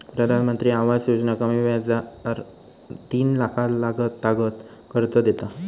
प्रधानमंत्री आवास योजना कमी व्याजार तीन लाखातागत कर्ज देता